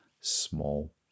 small